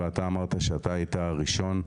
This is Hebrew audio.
ואתה אמרת שאתה היית הראשון,